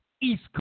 East